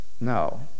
No